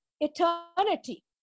eternity